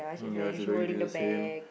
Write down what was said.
ya she the same